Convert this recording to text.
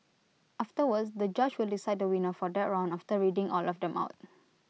afterwards the judge will decide the winner for that round after reading all of them out